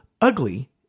ugly